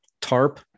tarp